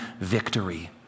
victory